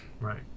Right